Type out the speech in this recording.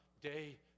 Day